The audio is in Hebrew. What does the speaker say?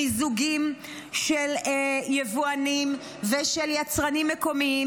מיזוגים של יבואנים ושל יצרנים מקומיים,